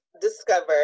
Discover